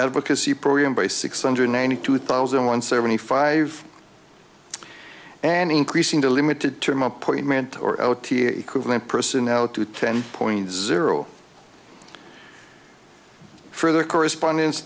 advocacy program by six hundred ninety two thousand one seventy five and increasing to limited term appointment or o t equivalent personnel to ten point zero for their correspondence